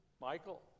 Michael